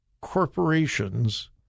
corporations